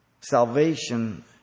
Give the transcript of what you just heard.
salvation